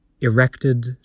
Erected